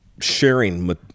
sharing